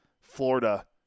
Florida